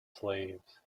slaves